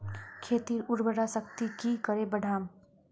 खेतीर उर्वरा शक्ति की करे बढ़ाम?